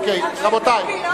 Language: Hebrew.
גלעד, אוקיי, רבותי.